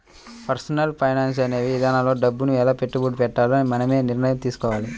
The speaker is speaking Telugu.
పర్సనల్ ఫైనాన్స్ అనే ఇదానంలో డబ్బుని ఎలా పెట్టుబడి పెట్టాలో మనమే నిర్ణయం తీసుకోవాలి